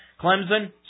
Clemson